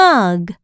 Mug